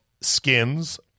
skins